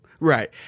Right